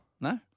No